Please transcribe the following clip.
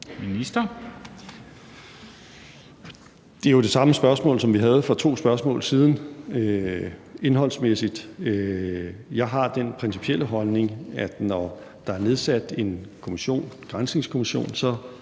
er det jo det samme spørgsmål, som vi havde for to spørgsmål siden. Jeg har den principielle holdning, at når der er nedsat en granskningskommission, skal